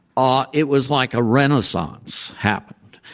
ah it was like a renaissance happened.